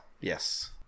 Yes